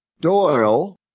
Doyle